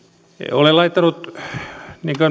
olen laittanut niin kuin